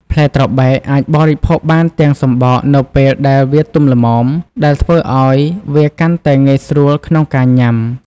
ផ្លែត្របែកអាចបរិភោគបានទាំងសំបកនៅពេលដែលវាទុំល្មម ដែលធ្វើឲ្យវាកាន់តែងាយស្រួលក្នុងការញ៉ាំ។